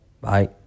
Bye